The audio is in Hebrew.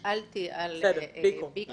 נשאלתי על בי-קום.